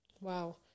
Wow